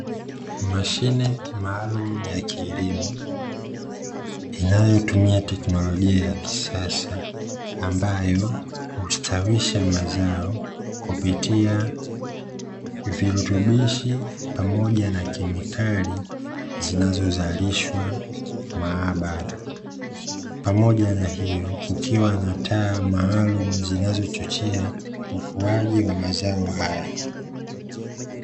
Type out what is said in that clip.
Mashine maalumu ya kilimo, inayotumia teknolojia ya kisasa ambayo hustawisha mazao kupitia virutubishi pamoja na kemikali zinazozalishwa maabara , pamoja na hiyo kukiwa na taa maalumu zinazochochea ukuaji wa mazao hayo.